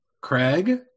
Craig